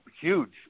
huge